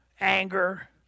anger